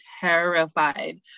terrified